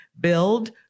build